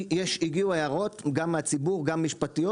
הגיעו הערות, גם מהציבור וגם משפטיות.